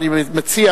אני מציע